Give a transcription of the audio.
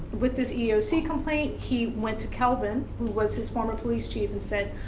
with this eeoc complaint, he went to kelvin who was his former police chief and said,